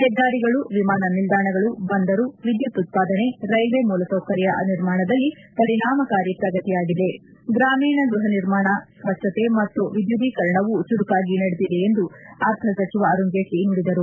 ಹೆದ್ದಾರಿಗಳು ವಿಮಾನ ನಿಲ್ದಾಣಗಳು ಬಂದರು ವಿದ್ಯುತ್ ಉತ್ವಾದನೆ ರೈಲ್ವೆ ಮೂಲಸೌಕರ್ಯ ನಿರ್ಮಾಣದಲ್ಲಿ ಪರಿಣಾಮಕಾರಿ ಪ್ರಗತಿ ಆಗಿದೆ ಗ್ರಾಮೀಣ ಗೃಹ ನಿರ್ಮಾಣ ಸ್ವಚ್ಚತೆ ಮತ್ತು ವಿದ್ಯುದೀಕರಣವೂ ಚುರುಕಾಗಿ ನಡೆದಿದೆ ಎಂದು ಅರ್ಥ ಸಚಿವ ಅರುಣ್ ಜೇಟ್ತಿ ನುಡಿದರು